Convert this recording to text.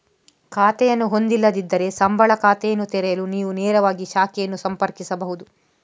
ಖಾತೆಯನ್ನು ಹೊಂದಿಲ್ಲದಿದ್ದರೆ, ಸಂಬಳ ಖಾತೆಯನ್ನು ತೆರೆಯಲು ನೀವು ನೇರವಾಗಿ ಶಾಖೆಯನ್ನು ಸಂಪರ್ಕಿಸಬಹುದು